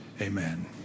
amen